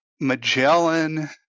Magellan